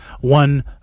One